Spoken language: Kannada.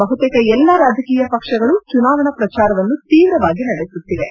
ಬಹುತೇಕ ಎಲ್ಲ ರಾಜಕೀಯ ಪಕ್ಷಗಳು ಚುನಾವಣೆ ಪ್ರಚಾರವನ್ನು ತೀವ್ರವಾಗಿ ನಡೆಸುತ್ತಿವೆ